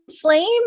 flame